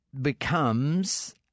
becomes